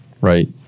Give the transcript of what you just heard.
Right